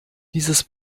dieses